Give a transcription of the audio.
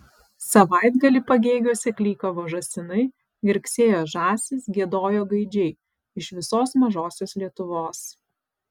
savaitgalį pagėgiuose klykavo žąsinai girgsėjo žąsys giedojo gaidžiai iš visos mažosios lietuvos